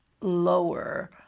lower